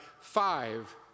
five